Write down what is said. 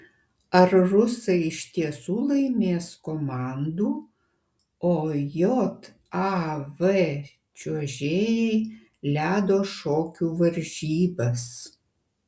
ar rusai iš tiesų laimės komandų o jav čiuožėjai ledo šokių varžybas